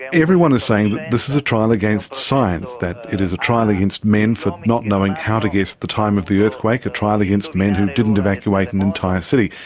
everyone is saying this is a trial against science, that it is a trial against men for not knowing how to guess the time of the earthquake, a trial against men who didn't evacuate an entire city.